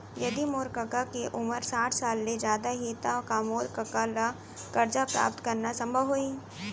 यदि मोर कका के उमर साठ साल ले जादा हे त का मोर कका ला कर्जा प्राप्त करना संभव होही